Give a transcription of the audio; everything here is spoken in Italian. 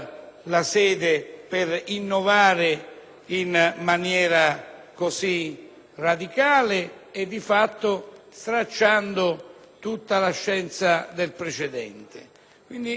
in maniera così radicale e di fatto stracciando tutta la scienza del precedente. Quindi, ritengo che l'emendamento